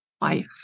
life